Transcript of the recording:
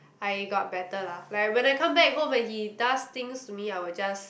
I got better lah like when I come back home and he does things to me I will just